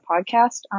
podcast